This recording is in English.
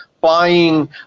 buying